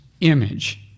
image